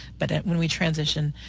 but when we transition